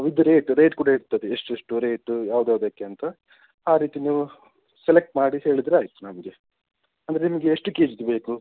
ವಿದ್ rate rate ಕೂಡ ಇರ್ತದೆ ಎಷ್ಟೆಷ್ಟು ರೇಟು ಯಾವ್ದು ಯಾವುದಕ್ಕೆ ಅಂತ ಆ ರೀತಿ ನೀವು ಸೆಲೆಕ್ಟ್ ಮಾಡಿ ಹೇಳಿದರೆ ಆಯಿತು ನಮಗೆ ಅಂದ್ರೆ ನಿಮಗೆ ಎಷ್ಟು ಕೆ ಜಿದು ಬೇಕು